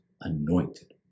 anointed